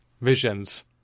visions